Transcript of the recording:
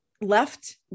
left